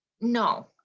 No